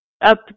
up